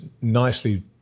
nicely